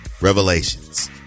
Revelations